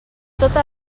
totes